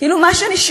כאילו מה שנשאר,